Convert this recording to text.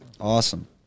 awesome